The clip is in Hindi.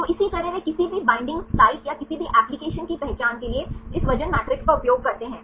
तो इसी तरह वे किसी भी बॉन्डिंग साइटों या किसी भी एप्लिकेशन की पहचान के लिए इस वजन मैट्रिक्स का उपयोग करते हैं